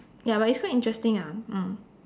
ya but it's quite interesting ah mm